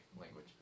language